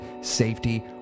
safety